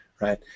right